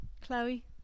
Chloe